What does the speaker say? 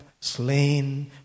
Slain